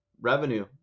revenue